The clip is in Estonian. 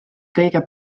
kõige